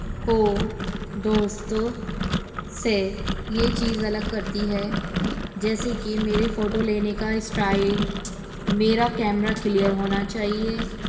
کو دوستوں سے یہ چیز الگ کرتی ہے جیسے کہ میرے فوٹو لینے کا اسٹائل میرا کیمرہ کلیئر ہونا چاہیے